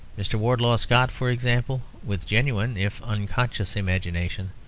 mr. wardlaw scott, for example, with genuine, if unconscious, imagination,